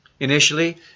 Initially